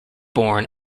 born